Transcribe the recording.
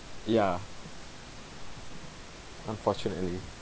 ya unfortunately